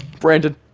Brandon